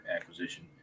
acquisition